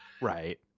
Right